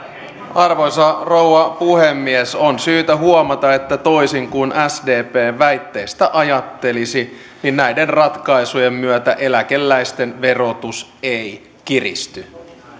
arvoisa rouva puhemies on syytä huomata että toisin kuin sdpn väitteistä ajattelisi niin näiden ratkaisujen myötä eläkeläisten verotus ei kiristy